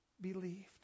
believed